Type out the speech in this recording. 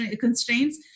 constraints